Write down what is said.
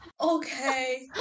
okay